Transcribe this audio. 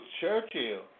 Churchill